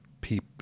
people